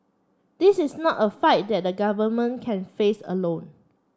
this is not a fight that the government can face alone